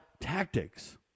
tactics